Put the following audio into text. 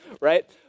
right